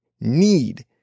need